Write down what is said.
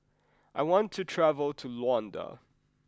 I want to travel to Luanda